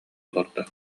олордо